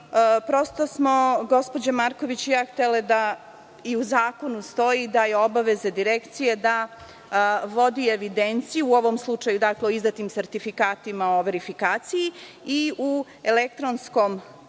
prosto smo gospođa Marković i ja htele da u zakonu stoji da je obaveza Direkcije da vodi evidenciju, u ovom slučaju, o izdatim sertifikatima o verifikaciji i u elektronskom